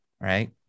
right